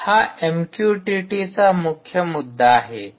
हा एमक्यूटिटीचा मुख्य मुद्दा आहे